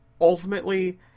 ultimately